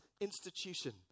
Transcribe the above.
institution